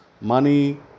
money